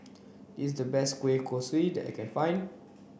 is the best Kueh Kosui that I can find